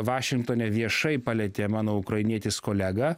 vašingtone viešai palietė mano ukrainietis kolega